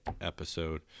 episode